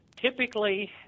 typically